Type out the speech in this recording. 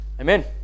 amen